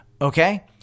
okay